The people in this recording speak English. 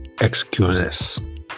excuses